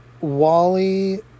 Wally